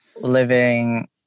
living